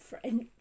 French